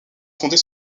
fondée